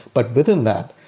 but within that,